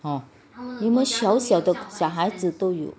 哦因为小小的小孩子都有